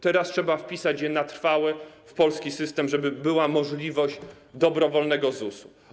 Teraz trzeba wpisać je na trwałe w polski system, żeby była możliwość dobrowolnego ZUS-u.